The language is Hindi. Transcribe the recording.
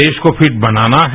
देश को फिट बनाना है